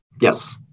Yes